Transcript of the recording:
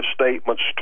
statements